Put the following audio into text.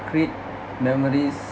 create memories